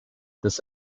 this